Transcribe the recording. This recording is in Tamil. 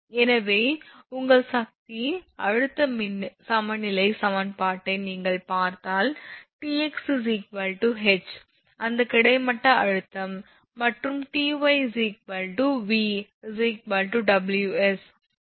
எனவே உங்கள் சக்தி அழுத்த சமநிலை சமன்பாட்டை நீங்கள் பார்த்தால் Tx H அந்த கிடைமட்ட அழுத்தம் மற்றும் Ty V Ws